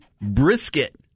brisket